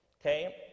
okay